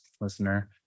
listener